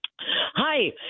Hi